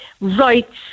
rights